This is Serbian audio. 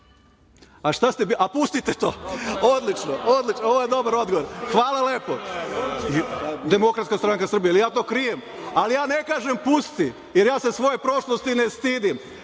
bili pre POKS-a? A pustite to? Odlično. Odlično, ovo je dobar odgovor. Hvala lepo. Demokratska stranka Srbije. Jel ja to krijem? Ali, ja ne kažem – pusti, jer ja se svoje prošlosti ne stidim.